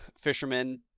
fishermen